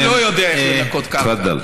אני לא יודע איך לנקות קרקע.